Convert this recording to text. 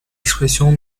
expression